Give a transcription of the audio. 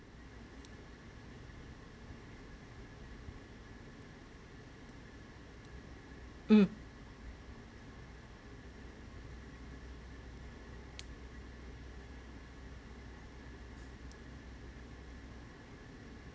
um